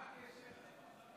מה הקשר?